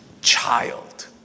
child